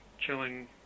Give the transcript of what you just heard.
chilling